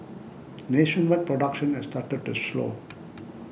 nationwide production has started to slow